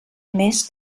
més